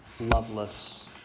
loveless